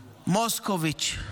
מוסקוביץ',